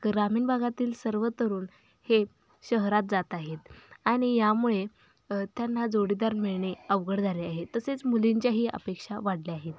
ग्रामीण भागातील सर्व तरुण हे शहरात जात आहेत आणि यामुळे त्यांना जोडीदार मिळणे अवघड झाले आहे तसेच मुलींच्याही अपेक्षा वाढल्या आहेत